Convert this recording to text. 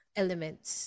elements